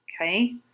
okay